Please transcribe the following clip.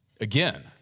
Again